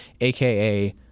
aka